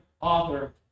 author